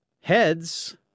heads